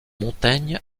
montaigne